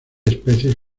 especies